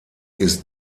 ist